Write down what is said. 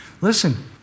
Listen